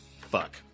fuck